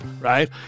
right